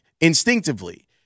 instinctively